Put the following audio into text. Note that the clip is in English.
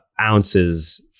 ounces